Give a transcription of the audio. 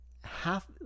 half